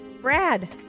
Brad